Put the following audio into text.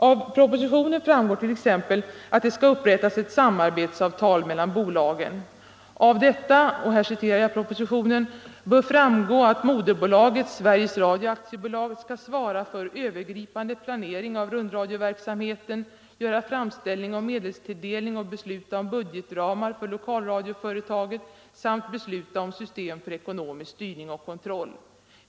Av propositionen framgår t.ex. att det skall upprättas ett samarbetsavtal mellan bolagen. ”Av detta” — och här citerar jag propositionen —- ”bör framgå att moderbolaget, Sveriges Radio AB, skall svara för övergripande planering av rundradioverksamheten, göra framställning om medelstilldelning och besluta om budgetramar för lokalradioföretaget samt besluta om system för ekonomisk styrning och kontroll.